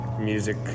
music